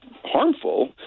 harmful